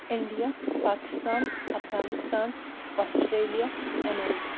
India Pakistan Afghanistan Australia America